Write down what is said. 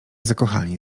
zakochani